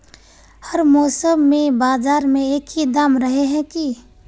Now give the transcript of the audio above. हर मौसम में बाजार में एक ही दाम रहे है की?